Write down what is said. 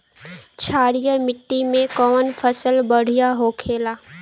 क्षारीय मिट्टी में कौन फसल बढ़ियां हो खेला?